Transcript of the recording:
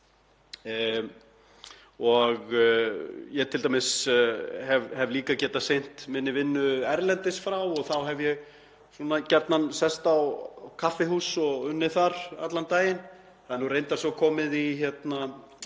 Ég hef t.d. líka getað sinnt minni vinnu erlendis frá og þá hef ég gjarnan sest á kaffihús og unnið þar allan daginn. Það er reyndar svo komið